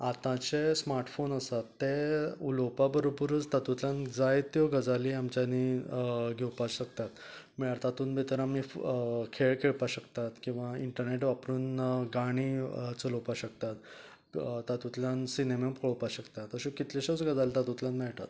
आताचे स्मार्टफोन आसात तें उलोवपा बरोबरूच तातूंतल्यान जाय त्यो गजाली आमच्यानी घेवपाक शकतात म्हळ्यार तातूंत भितर आमी खेळ खेळपाक शकतात किंवां इंटरनॅट वापरून गाणी चलोवपाक शकतात तातूंतल्यान सिनेमे पळोवपाक शकतात अश्यो कितल्योश्योच गजाली तातूंतल्यान मेळटात